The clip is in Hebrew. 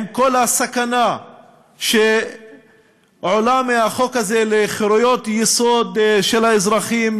עם כל הסכנה שעולה מהחוק הזה לחירויות יסוד של אזרחים,